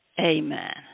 Amen